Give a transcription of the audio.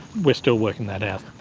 we're still working that out.